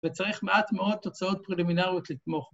‫וצריך מעט מאוד ‫תוצאות פרלמינריות לתמוך.